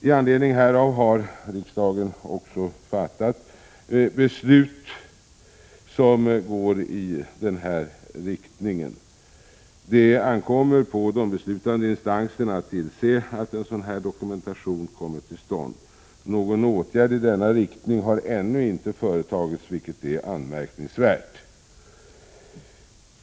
I anledning härav har riksdagen fattat beslut som går i denna riktning. Det ankommer på de beslutande instanserna att tillse att en sådan dokumentation kommer till stånd. Någon åtgärd i denna riktning har ännu inte företagits, vilket är anmärkningsvärt.